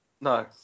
no